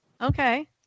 Okay